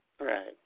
Right